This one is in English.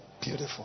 Beautiful